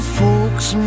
folks